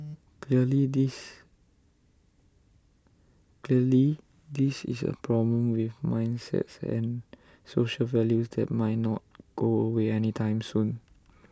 clearly this clearly this is A problem with mindsets and social values that might not go away anytime soon